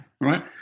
right